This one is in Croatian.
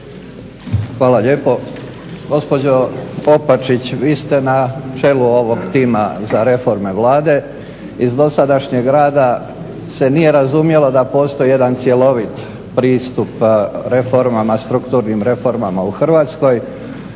Hvala lijepo. Gospođo Opačić, vi ste na čelu ovog tima za reforme Vlade, iz dosadašnjeg rada se nije razumjelo da postoji jedan cjelovit pristup reformama, strukturnim reformama u Hrvatskoj